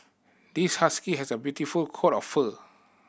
this husky has a beautiful coat of fur